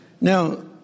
Now